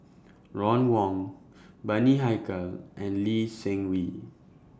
Ron Wong Bani Haykal and Lee Seng Wee